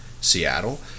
Seattle